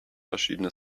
verschiedene